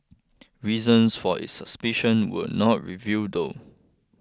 reasons for its suspicion were not reveal though